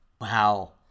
Wow